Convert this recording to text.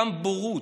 גם של בורות.